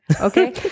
Okay